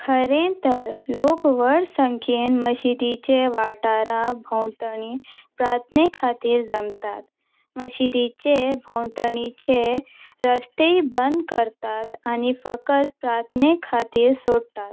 खरें तर लोक व्हड संख्येन मशिदीचे वाठारा भोंवतणी प्रार्थनेखातीर जमतात मशिदीचे भोंवतणचे रस्ते बंद करतात आनी फकत प्रार्थनेखातीर सोडटात